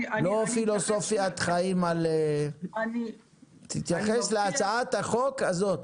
לא פילוסופיית חיים, תתייחס להצעת החוק הזאת,